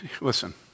Listen